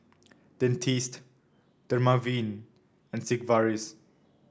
Dentiste Dermaveen and Sigvaris